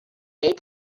est